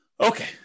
Okay